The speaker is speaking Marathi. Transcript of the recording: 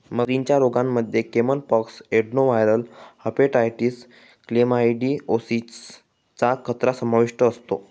मगरींच्या रोगांमध्ये caiman pox, adenoviral hepatitis, chlamydiosis चा खतरा समाविष्ट असतो